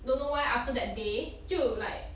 don't know why after that day 就 like